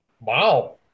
Wow